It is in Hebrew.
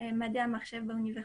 מדעי המחשב באוניברסיטה.